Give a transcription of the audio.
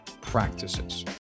practices